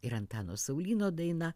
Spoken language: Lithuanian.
ir antano saulyno daina